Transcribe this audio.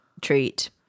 treat